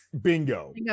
Bingo